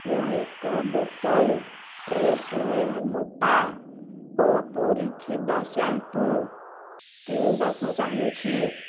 ମୁଁ ଏକ ବୋତଲ ଟ୍ରେସେମେର ମୋଟା ଓ ପୂରିଥିବା ଶ୍ୟାମ୍ପୂ କିଣିବାକୁ ଚାହୁଁଛି